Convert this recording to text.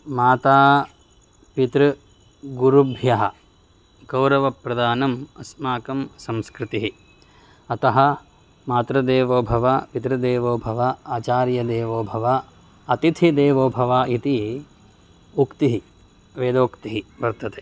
मातापितृगुरुभ्यः गौरवप्रदानम् अस्माकं संस्कृतिः अतः मातृदेवो भव पितृदेवो भव आचार्यदेवो भव अतिथिदेवो भव इति उक्तिः वेदोक्तिः वर्तते